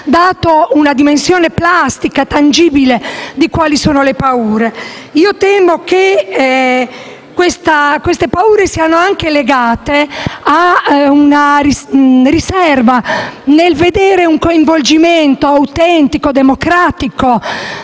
dato una dimensione plastica e tangibile di quali siano le paure. Temo che queste paure siano anche legate a una riserva nel vedere un coinvolgimento autentico e democratico